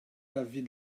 l’avis